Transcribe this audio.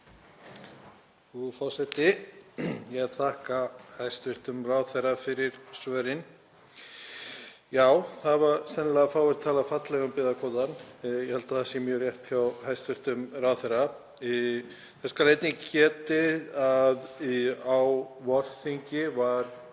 Frú forseti. Ég þakka hæstv. ráðherra fyrir svörin. Já, það hafa sennilega fáir talað fallega um byggðakvótann, ég held að það sé mjög rétt hjá hæstv. ráðherra. Þess skal einnig getið að á vorþingi var